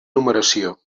numeració